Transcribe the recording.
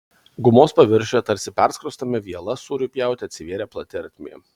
gumos paviršiuje tarsi perskrostame viela sūriui pjauti atsivėrė plati ertmė